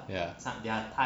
ya